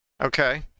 Okay